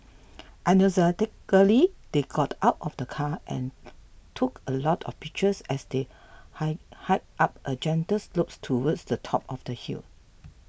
enthusiastically they got out of the car and took a lot of pictures as they high hiked up a gentle slope towards the top of the hill